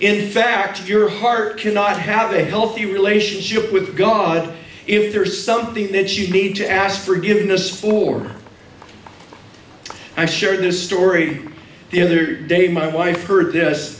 in fact your heart cannot have a healthy relationship with god if there is something that you need to ask forgiveness for i shared this story the other day my wife heard this